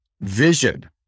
vision